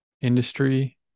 industry